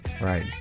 Right